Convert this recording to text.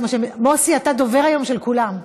מוסי, אתה דובר היום של כולם.